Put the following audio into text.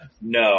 No